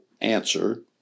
answer